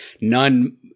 none